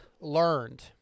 learned